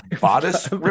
bodice